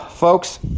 Folks